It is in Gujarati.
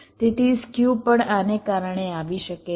તેથી સ્ક્યુ પણ આને કારણે આવી શકે છે